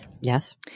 Yes